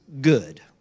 good